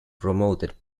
promoted